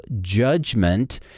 judgment